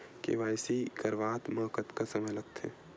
KYC करवात म कतका समय लगथे?